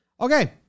Okay